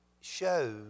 shows